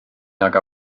nag